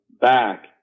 back